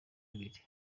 ibiri